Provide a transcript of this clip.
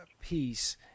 Peace